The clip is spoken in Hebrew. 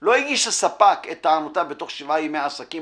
לא הגיש הספק את טענותיו בתוך שבעה ימי עסקים